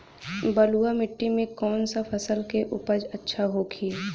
बलुआ मिट्टी में कौन सा फसल के उपज अच्छा होखी?